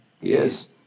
Yes